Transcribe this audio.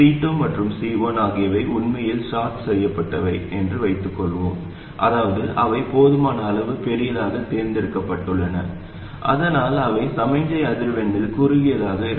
C2 மற்றும் C1 ஆகியவை உண்மையில் ஷார்ட் செய்யப்பட்டவை என்று வைத்துக்கொள்வோம் அதாவது அவை போதுமான அளவு பெரியதாகத் தேர்ந்தெடுக்கப்பட்டுள்ளன அதனால் அவை சமிக்ஞை அதிர்வெண்ணில் குறுகியதாக இருக்கும்